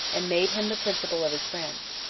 and made him the principal of his friends.